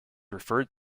referred